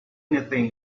anything